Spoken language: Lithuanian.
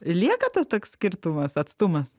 lieka tas toks skirtumas atstumas